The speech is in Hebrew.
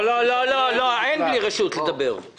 אי אפשר לדבר בלי רשות.